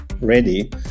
ready